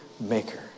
maker